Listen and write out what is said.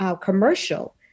commercial